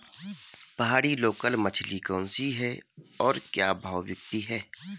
पहाड़ी लोकल मछली कौन सी है और क्या भाव बिकती है?